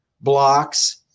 blocks